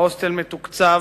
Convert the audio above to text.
ההוסטל מתוקצב,